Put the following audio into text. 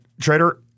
Trader